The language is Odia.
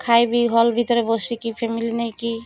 ଖାଇବି ହଲ୍ ଭିତରେ ବସିକି ଫ୍ୟାମିଲି ନେଇକି